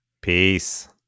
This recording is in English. Peace